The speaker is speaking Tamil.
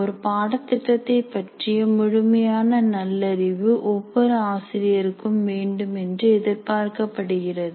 ஒரு பாடத் திட்டத்தைப் பற்றிய முழுமையான நல்லறிவு ஒவ்வொரு ஆசிரியருக்கும் வேண்டும் என்று எதிர்பார்க்கப்படுகிறது